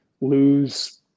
lose